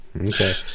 Okay